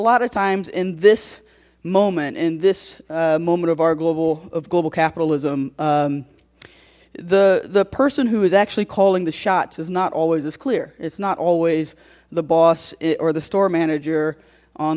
lot of times in this moment in this moment of our global of global capitalism the the person who is actually calling the shots is not always as clear it's not always the boss or the store manager on